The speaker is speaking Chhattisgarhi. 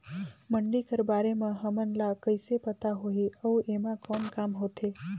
मंडी कर बारे म हमन ला कइसे पता होही अउ एमा कौन काम होथे?